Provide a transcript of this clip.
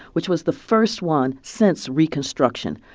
which was the first one since reconstruction.